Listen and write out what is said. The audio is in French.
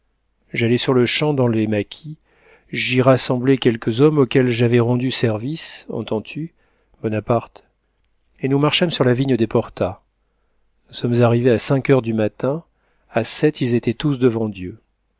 j'allai sur-le-champ dans les mâquis j'y rassemblai quelques hommes auxquels j'avais rendu service entends-tu bonaparte et nous marchâmes sur la vigne des porta nous sommes arrivés à cinq heures du matin à sept ils étaient tous devant dieu